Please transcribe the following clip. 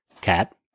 cat